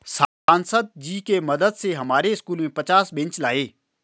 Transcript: सांसद जी के मदद से हमारे स्कूल में पचास बेंच लाए